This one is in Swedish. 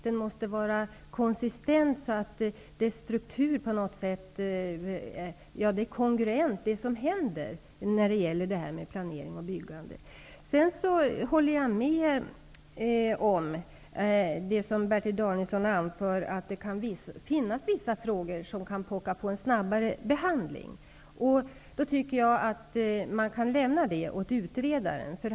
Den måste vara konsistent och det som händer vara kongruent när det gäller planering och byggande. Jag håller med om det som Bertil Danielsson anför, att det kan finnas vissa frågor som kan pocka på en snabbare behandling. Då tycker jag att man kan lämna det åt utredaren.